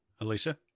Alicia